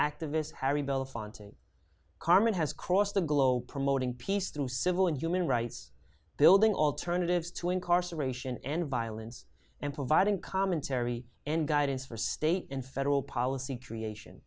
belafonte carmen has crossed the globe promoting peace through civil and human rights building alternatives to incarceration and violence and providing commentary and guidance for state and federal policy creation